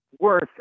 worth